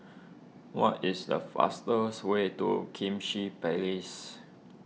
what is the fastest way to kimchi Place